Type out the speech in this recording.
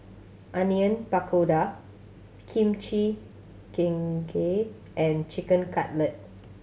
Onion Pakora Kimchi Jjigae and Chicken Cutlet